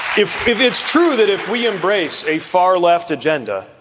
if if it's true that if we embrace a far left agenda,